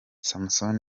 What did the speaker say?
samson